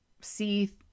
see